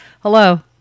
Hello